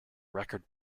record